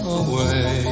away